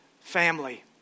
family